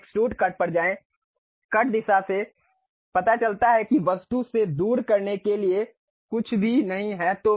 फिर extrude cut पर जाएं कट दिशा से पता चलता है कि वस्तु से दूर करने के लिए कुछ भी नहीं है